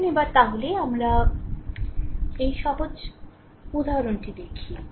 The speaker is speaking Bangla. আসুন এবার তাহলে আমরা এই সহজ উদাহরণটি দেখি